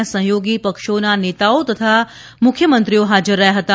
ના સહયોગી પક્ષોના નેતાઓ તથા મુખ્યમંત્રીઓ હાજર રહ્યા હતા